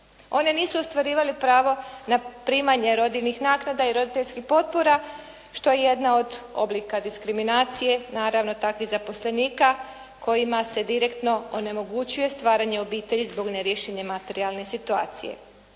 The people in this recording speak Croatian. One nisu ostvarivale pravo na primanje rodiljnih naknada i roditeljskih potpora, što je jedna od oblika diskriminacije, naravno takvih zaposlenika kojima se direktno onemogućuje stvaranje obitelji zbog neriješene materijalne situacije.